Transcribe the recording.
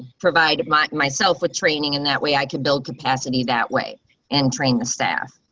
provided by myself with training and that way i could build capacity that way and train the staff.